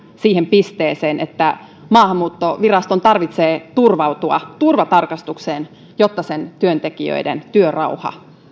siihen pisteeseen että maahanmuuttoviraston tarvitsee turvautua turvatarkastukseen jotta sen työntekijöiden työrauha